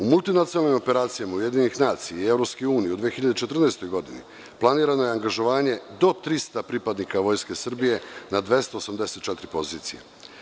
U multinacionalnim operacijama UN i EU u 2014. godini planirano je angažovanje do 300 pripadnika Vojske Srbije na 284 pozicije.